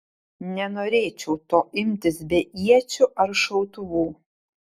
nenorėčiau to imtis be iečių ar šautuvų